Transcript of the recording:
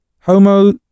homo